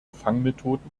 fangmethoden